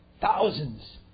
Thousands